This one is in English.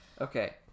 Okay